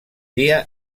dia